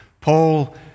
Paul